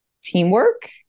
teamwork